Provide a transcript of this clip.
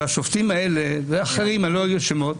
והשופטים האלה ואחרים אני לא אגיד שמות